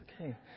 okay